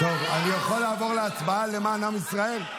אני יכול לעבור להצבעה למען עם ישראל?